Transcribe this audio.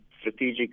strategic